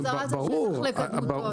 או החזרת השטח לקדמותו.